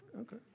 Okay